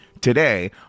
today